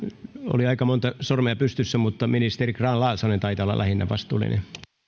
oli aika monta sormea pystyssä mutta ministeri grahn laasonen taitaa olla lähinnä vastuullinen